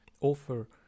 offer